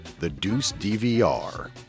thedeucedvr